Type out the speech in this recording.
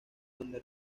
donde